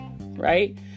right